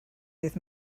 dydd